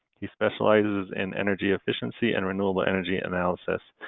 he specializes in energy efficiency and renewable energy analysis.